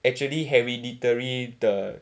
actually hereditary 的